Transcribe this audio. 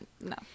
no